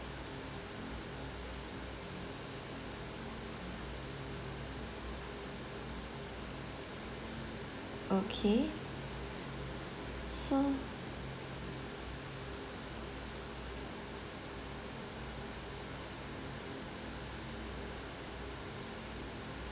okay so